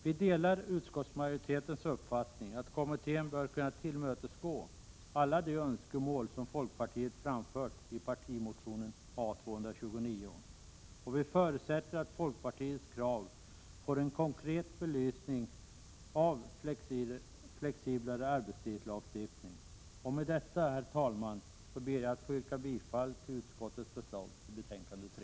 Vi delar utskottsmajoritetens uppfattning att kommittén bör kunna tillmötesgå alla de önskemål som folkpartiet framfört i partimotionen A229, och vi förutsätter att folkpartiets krav får en konkret belysning när det gäller en flexiblare arbetstidslagstiftning. Med detta, herr talman, ber jag att få yrka bifall till utskottets förslag i betänkande 3.